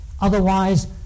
otherwise